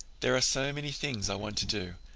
there are so many things i want to do.